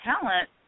talent